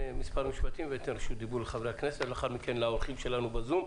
מספר דברים ואתן רשות דיבור לחברי הכנסת ואחר כך לאורחים שלנו ב-זום.